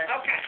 Okay